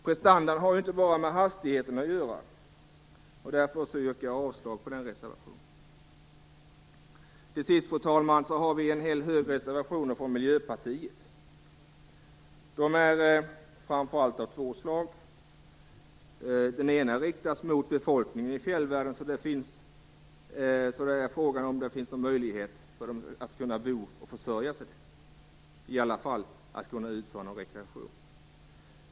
Prestandan har inte bara med hastigheten att göra. Därför yrkar jag avslag på den reservationen. Till sist, fru talman, finns det en hel hög reservationer från Miljöpartiet. De är framför allt av två slag. De ena riktas mot befolkningen i fjällvärlden. Det frågas om det finns någon möjlighet för den att bo kvar och försörja sig där eller få någon rekreation.